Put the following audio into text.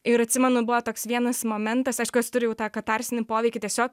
ir atsimenu buvo toks vienas momentas aišku jos turi jau tą katarsinį poveikį tiesiog